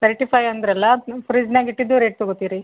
thirty five ಅಂದ್ರಲ್ಲ ಫ್ರಿಜ್ದಾಗೆ ಇಟ್ಟಿದ್ದು ರೇಟ್ ತೊಗೋತೀರಿ